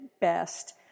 best